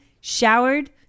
showered